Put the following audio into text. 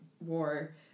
War